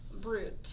Brute